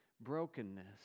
brokenness